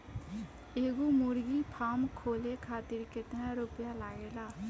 एगो मुर्गी फाम खोले खातिर केतना रुपया लागेला?